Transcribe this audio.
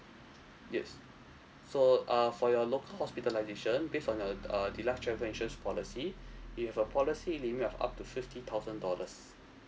yes so uh for your local hospitalisation based on your uh deluxe travel insurance policy we have a policy limit of up to fifty thousand dollars